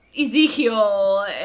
Ezekiel